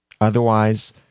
Otherwise